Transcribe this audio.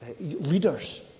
leaders